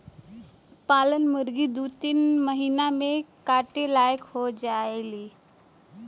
पालल मुरगी दू तीन महिना में काटे लायक हो जायेली